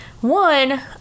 One